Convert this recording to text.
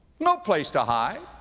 no place to hide.